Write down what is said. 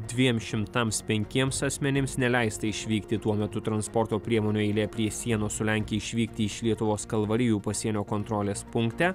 dviem šimtams penkiems asmenims neleista išvykti tuo metu transporto priemonių eilė prie sienos su lenkija išvykti iš lietuvos kalvarijų pasienio kontrolės punkte